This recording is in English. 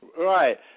Right